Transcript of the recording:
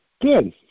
Good